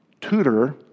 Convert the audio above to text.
tutor